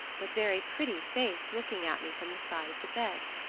but very pretty face looking at me from the side of the bed.